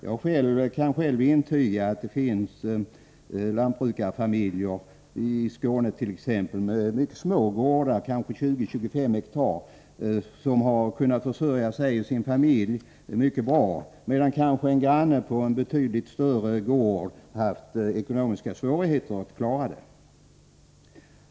Jag kan själv intyga att det finns lantbrukarfamiljer — exempelvis i Skåne — med mycket små gårdar på kanske 20-25 hektar som har kunnat försörja sig och sin familj mycket bra, medan en granne med en betydligt större gård haft ekonomiska svårigheter.